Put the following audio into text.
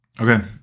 Okay